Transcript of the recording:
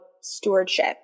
stewardship